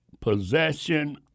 possession